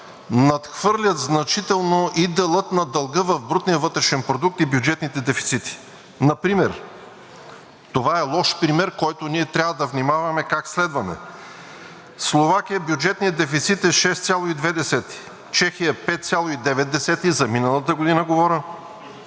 надхвърлят значително и дела на дълга в брутния вътрешен продукт, и бюджетните дефицити. Например това е лош пример, който ние трябва да внимаваме как следваме. Словакия – бюджетният дефицит е 6,2, Чехия – 5,9 – за миналата година говоря,